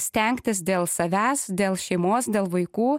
stengtis dėl savęs dėl šeimos dėl vaikų